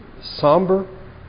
somber